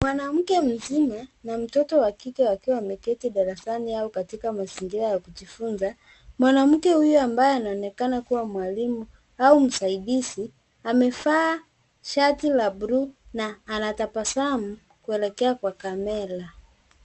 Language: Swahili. Mwanamke mzima na mtoto wa kike akiwa ameketi darasani au katika mazingira ya kujifunza, mwanamke huyo ambaye anaonekana kuwa mwalimu au msaidizi amevaa shati la buluu na anatabasamu kuelekea kwa kamera.